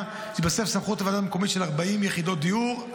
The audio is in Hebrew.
כך שתתווסף סמכות לוועדות מקומיות של 40 יחידות דיור,